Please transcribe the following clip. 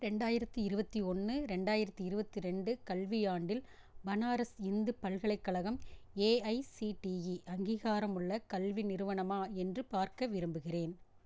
ரெண்டாயிரத்து இருபத்தொன்னு ரெண்டாயிரத்து இருபத்திரெண்டு கல்வியாண்டில் பனாரஸ் இந்து பல்கலைக்கழகம் ஏஐசிடிஇ அங்கீகாரமுள்ள கல்வி நிறுவனமா என்று பார்க்க விரும்புகிறேன்